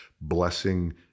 blessing